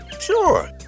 Sure